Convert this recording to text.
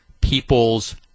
people's